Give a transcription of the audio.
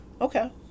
Okay